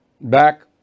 Back